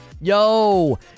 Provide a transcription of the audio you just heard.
yo